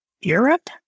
Europe